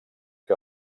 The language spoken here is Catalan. que